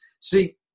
See